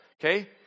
Okay